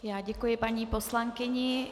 Já děkuji paní poslankyni.